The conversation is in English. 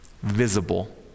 visible